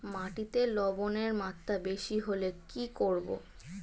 মাটিতে লবণের মাত্রা বেশি হলে কি করব?